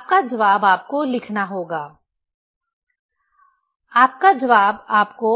आपका जवाब आपको लिखना होगा आपका जवाब आपको